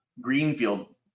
Greenfield